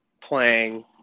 playing